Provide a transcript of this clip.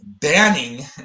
banning